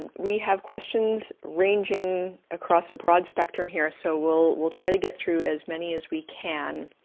we have questions ranging across a broad spectrum here. so, we'll we'll try to get through as many as we can.